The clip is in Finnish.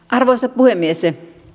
arvoisa puhemies